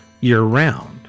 year-round